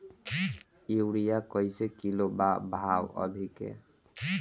Urea कइसे kilo बा भाव अभी के?